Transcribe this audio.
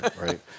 right